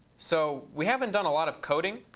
so we haven't done a lot of coding.